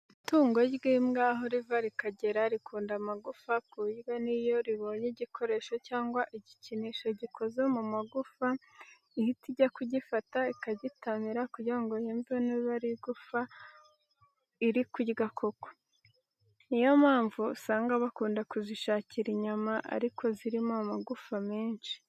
Itungo ry'imbwa aho riva rikagera rikunda amagufa ku buryo n'iyo ribonye igikoresho cyangwa igikinisho gikoze mu magufa, ihita ijya kugifata ikagitamira kugira ngo yumve niba ari igufa iri kurya koko. Niyo mpamvu usanga bakunda kuzishakira inyama ariko zirimo amagufa menshi.